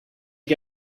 you